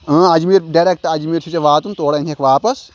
اۭں Ajmer district Ajmer چھُے ژےٚ واتُن تورٕ اَنہِ ہَکھ واپَس